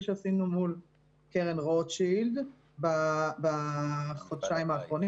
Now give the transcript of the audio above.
שעשינו מול קרן רוטשילד בחודשיים האחרונים.